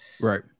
Right